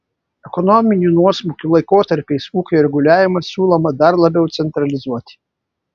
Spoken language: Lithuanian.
ekonominių nuosmukių laikotarpiais ūkio reguliavimą siūloma dar labiau centralizuoti